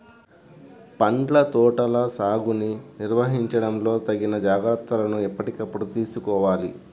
పండ్ల తోటల సాగుని నిర్వహించడంలో తగిన జాగ్రత్తలను ఎప్పటికప్పుడు తీసుకోవాలి